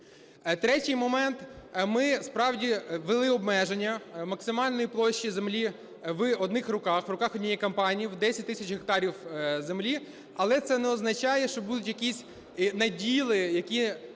Третій момент. Ми справді ввели обмеження максимальної площі землі в одних руках, в руках однієї компанії - 10 тисяч гектарів землі. Але це не означає, що будуть якісь наділи, які